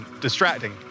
distracting